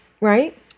Right